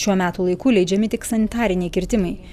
šiuo metų laiku leidžiami tik sanitariniai kirtimai